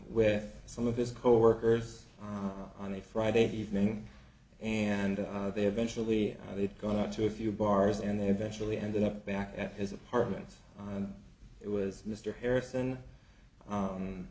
with some of his coworkers on a friday evening and they eventually they'd gone out to a few bars and eventually ended up back at his apartments and it was mr harrison